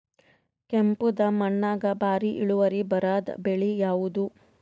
ಕೆಂಪುದ ಮಣ್ಣಾಗ ಭಾರಿ ಇಳುವರಿ ಬರಾದ ಬೆಳಿ ಯಾವುದು?